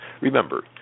Remember